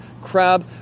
crab